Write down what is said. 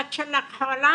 הבת שלך חולה,